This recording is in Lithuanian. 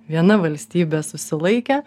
viena valstybė susilaikė